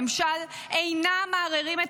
והליכי שינויים בממשל אינם מערערים את